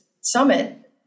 summit